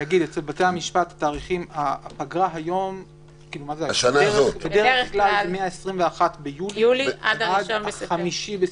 אצל בתי-המשפט הפגרה היא בדרך כלל מ-21 ביולי עד 5 בספטמבר.